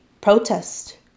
protest